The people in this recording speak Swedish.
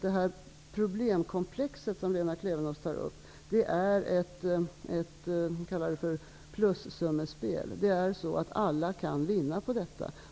Det problemkomplex som Lena Klevenås tar upp är ett -- kalla det så -- plussummespel. Alla kan vinna på det.